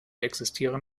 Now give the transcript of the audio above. existieren